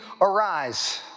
arise